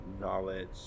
knowledge